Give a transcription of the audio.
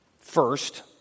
First